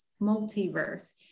multiverse